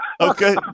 Okay